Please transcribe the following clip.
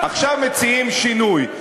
עכשיו מציעים שינוי.